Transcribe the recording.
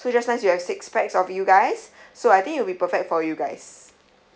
so just nice you six pax of you guys so I think it'll be perfect for you guys